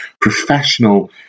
professional